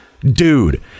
Dude